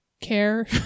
care